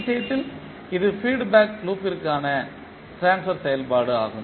விஷயத்தில் இது feedback லூப்த்திற்கான ட்ரான்ஸ்பர் செயல்பாடு ஆகும்